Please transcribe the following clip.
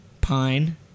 Pine